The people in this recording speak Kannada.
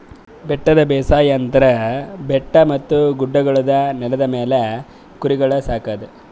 ಬೆಟ್ಟದ ಬೇಸಾಯ ಅಂದುರ್ ಬೆಟ್ಟ ಮತ್ತ ಗುಡ್ಡಗೊಳ್ದ ನೆಲದ ಮ್ಯಾಲ್ ಕುರಿಗೊಳ್ ಸಾಕದ್